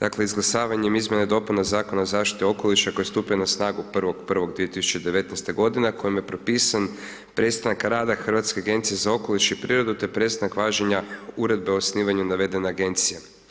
dakle izglasavanjem izmjena i dopuna Zakona o zaštiti okoliša koji je stupio na snagu 1. 1. 2019. g. a kojim je propisan prestanak rada Hrvatske agencije za okoliš i prirodu te prestanak važenja uredbe o osnivanju navedene agencije.